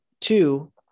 two